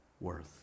worth